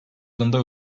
yılında